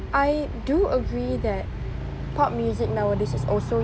I do agree that pop music nowadays is also